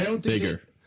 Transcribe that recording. bigger